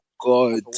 god